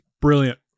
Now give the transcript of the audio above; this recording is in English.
Brilliant